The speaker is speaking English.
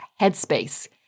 headspace